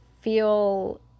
feel